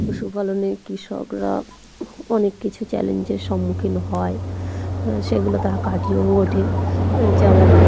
পশুপালনে কৃষকরা অনেক কিছু চ্যালেঞ্জের সম্মুখীন হয় হ্যাঁ সেগুলো তারা কাটিয়েও ওঠে যেমন